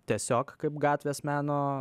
tiesiog kaip gatvės meno